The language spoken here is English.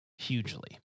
Hugely